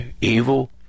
evil